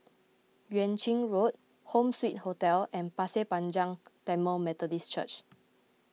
Yuan Ching Road Home Suite Hotel and Pasir Panjang Tamil Methodist Church